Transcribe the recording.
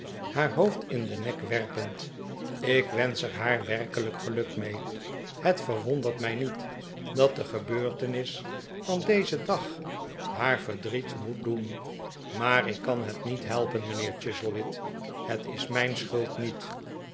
haar hoofd in den nek werpend ik wensch er haar werkelijk geluk mee het verwondert mij niet dat de gebeurtenis van dezen dag haar verdriet moet doen maar ik kan het niet helpen mijnheer chuzzlewit het is mijn schuld niet